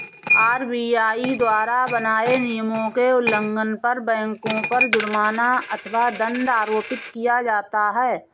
RBI द्वारा बनाए नियमों के उल्लंघन पर बैंकों पर जुर्माना अथवा दंड आरोपित किया जाता है